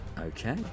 Okay